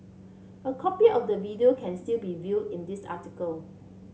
a copy of the video can still be viewed in this article